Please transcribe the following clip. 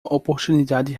oportunidade